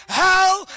hell